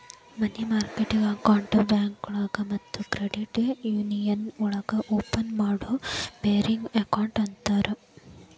ಮನಿ market ಅಕೌಂಟ್ನ ಬ್ಯಾಂಕೋಳಗ ಮತ್ತ ಕ್ರೆಡಿಟ್ ಯೂನಿಯನ್ಸ್ ಒಳಗ ಓಪನ್ ಮಾಡೋ ಬೇರಿಂಗ್ ಅಕೌಂಟ್ ಅಂತರ